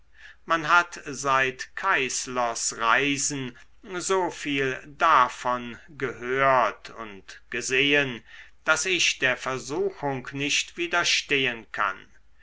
man hat seit keyßlers reisen so viel davon gehört und gesehen daß ich der versuchung nicht widerstehen kann